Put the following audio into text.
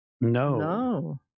No